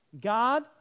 God